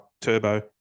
Turbo